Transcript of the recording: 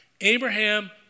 Abraham